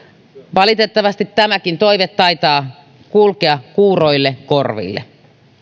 valitettavasti tämäkin toive taitaa kulkea kuuroille korville